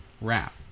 wrap